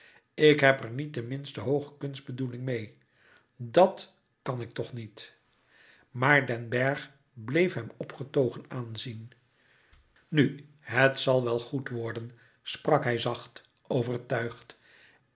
ik heb er niet de minste hooge kunstbedoeling meê dàt kan ik toch niet maar den bergh bleef hem opgetogen aanzien nu het zal wel goed worden sprak hij zacht overtuigd